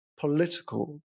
political